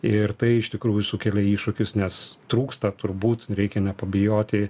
ir tai iš tikrųjų sukelia iššūkius nes trūksta turbūt reikia nepabijoti